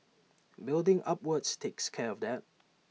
building upwards takes care of that